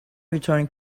returning